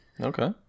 Okay